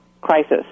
crisis